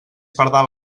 pardal